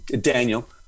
daniel